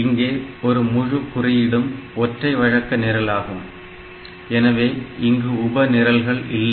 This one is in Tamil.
இங்கே ஒரு முழு குறியீடும் ஒற்றை வழக்க நிரலாகும் எனவே இங்கு உப நிரல்கள் இல்லை